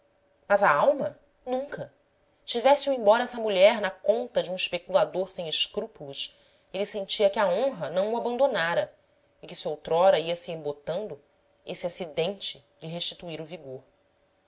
mas a alma nunca tivesse o embora essa mulher na conta de um espe culador sem escrúpulos ele sentia que a honra não o abandonara e que se outrora ia-se embotando esse acidente lhe restituíra o vigor